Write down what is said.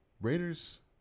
Raiders